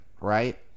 right